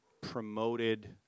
promoted